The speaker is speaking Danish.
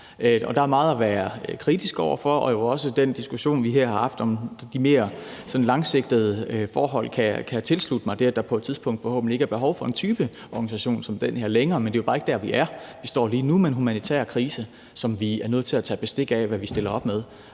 Der er meget at være kritisk over for, og i forhold til den diskussion, vi her har haft om de sådan mere langsigtede forhold, kan jeg også tilslutte mig det, at der på et tidspunkt forhåbentlig ikke er behov for en type organisation som den her længere. Men det er jo bare ikke der, vi er, for vi står lige nu med en humanitær krise, som vi er nødt til at tage bestik af hvad vi stiller op med,